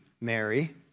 Mary